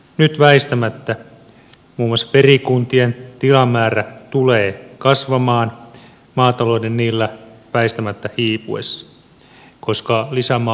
nyt väistämättä muun muassa perikuntien tilamäärä tulee kasvamaan maatalouden niillä väistämättä hiipuessa koska lisämaa aluekauppamahdollisuus poistuu